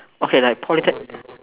okay like polytech~